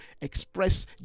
express